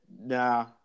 nah